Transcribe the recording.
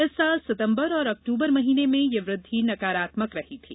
इस वर्ष सितंबर और अक्टूबर महीने में यह वृद्धि नकारात्मक रही थी